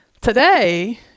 Today